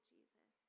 Jesus